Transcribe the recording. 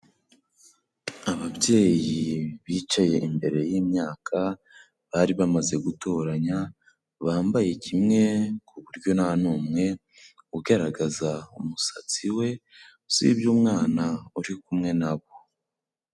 Ababyeyi bicaye imbere y'imyaka bari bamaze gutoranya, bambaye kimwe ku buryo nta n'umwe ugaragaza umusatsi we usibye umwana uri kumwe nabo.